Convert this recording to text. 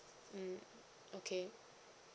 mmhmm okay